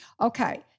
Okay